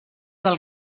del